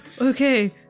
Okay